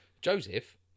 Joseph